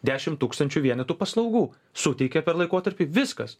dešimt tūkstančių vienetų paslaugų suteikė per laikotarpį viskas